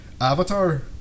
Avatar